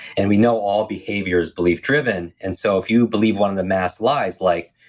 and we know all behavior's belief driven and so if you believe one of the mass lies, like,